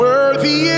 Worthy